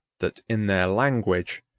that, in their language,